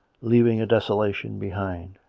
leaving a desolation behind.